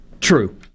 True